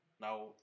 Now